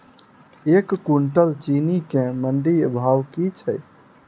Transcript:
एक कुनटल चीनी केँ मंडी भाउ की छै?